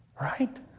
right